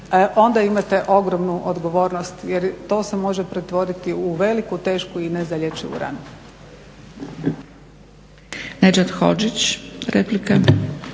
onda imate ogromnu odgovornost jer to se može pretvoriti u veliku, tešku i nezalječivu ranu.